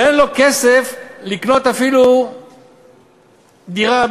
ואין לו כסף לקנות אפילו דירה